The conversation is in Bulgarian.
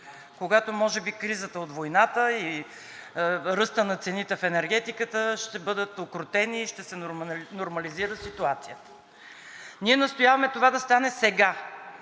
когато може би кризата от войната и ръста на цените в енергетиката ще бъдат укротени и ще се нормализира ситуацията. Ние настояваме това да стане сега,